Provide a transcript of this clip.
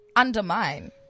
undermine